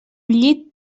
llit